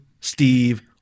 Steve